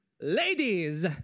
Ladies